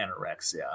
anorexia